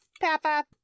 Papa